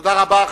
תודה רבה.